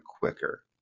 quicker